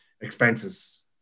expenses